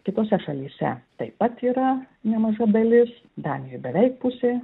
kitose šalyse taip pat yra nemaža dalis danijoj beveik pusė